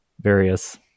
various